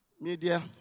Media